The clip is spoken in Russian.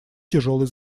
тяжелый